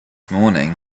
morning